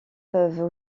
peuvent